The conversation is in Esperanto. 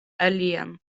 alian